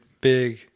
big